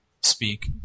speak